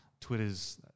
Twitter's